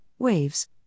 waves